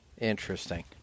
Interesting